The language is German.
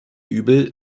übel